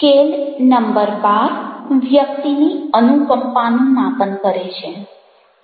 scale number 12 વ્યક્તિની અનુકંપાનું માપન કરે છે